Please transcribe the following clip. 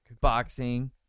Boxing